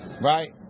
Right